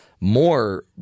more